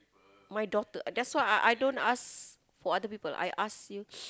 my daughter that's why I I don't ask for other people I ask you